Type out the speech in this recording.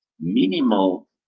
minimal